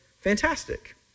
fantastic